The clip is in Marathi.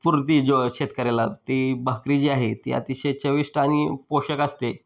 पूरते जो शेतकऱ्याला ती भाकरी जी आहे ती अतिशय चविष्ट आणि पोषक असते